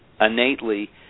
innately